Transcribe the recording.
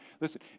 Listen